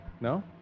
no